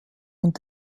und